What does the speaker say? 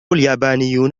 اليابانيون